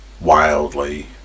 wildly